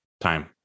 time